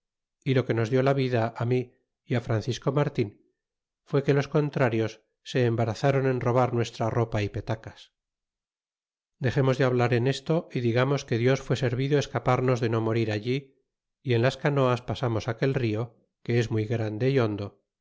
y lo que nos dió la vida mí y francisco martin fuá que los contrarios se embarazron en robar nuestra ropa y petacas dexemos de hablar en esto y digamos que dios fué servido escaparnos de no morir allí y en las canoas pasamos aquel rió que es muy grande ó hondo